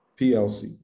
plc